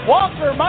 Walker